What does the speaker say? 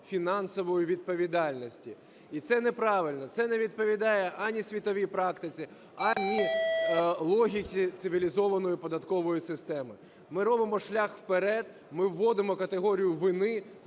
фінансової відповідальності. І це неправильно. Це не відповідає ані світовій практиці, ані логіці цивілізованої податкової системи. Ми робимо шлях вперед. Ми вводимо категорію вини